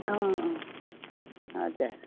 अँ अँ हजुर